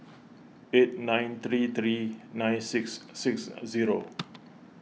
eight nine three three nine six six zero